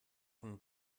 von